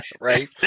right